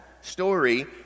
story